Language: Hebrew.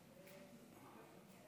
היושב-ראש,